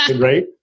right